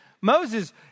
Moses